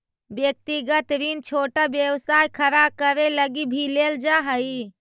व्यक्तिगत ऋण छोटा व्यवसाय खड़ा करे लगी भी लेल जा हई